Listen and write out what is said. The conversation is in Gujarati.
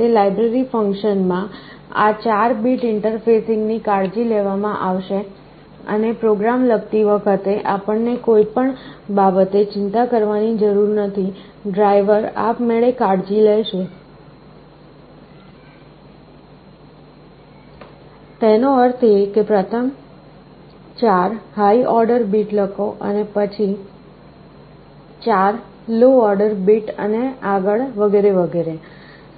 તે લાઇબ્રેરી ફંક્શન માં આ 4 બીટ ઇન્ટરફેસિંગની કાળજી લેવામાં આવશે અને પ્રોગ્રામ લખતી વખતે આપણને કોઈ પણ બાબતે ચિંતા કરવાની જરૂર નથી ડ્રાઇવર આપમેળે કાળજી લેશે તેનો અર્થ એ કે પ્રથમ 4 હાઇ ઓર્ડર બીટ લખો પછી 4 લો ઓર્ડર બીટ અને આગળ વગેરે વગેરે